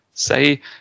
say